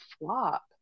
flop